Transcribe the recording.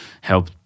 help